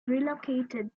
relocated